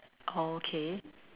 okay